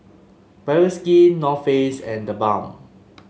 Bioskin North Face and TheBalm